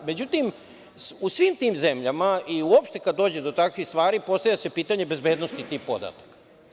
Međutim, u svim tim zemljama i uopšte kad dođe do takvih stvari, postavlja se pitanje bezbednosti tih podataka.